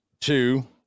Two